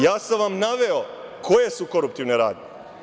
Ja sam vam naveo koje su koruptivne radnje.